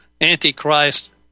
antichrist